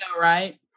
right